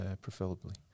preferably